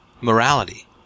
morality